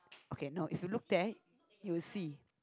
okay no if you look there you'll see